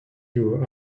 you